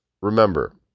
remember